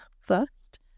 first